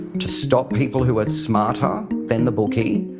to stop people who are smarter than the bookie.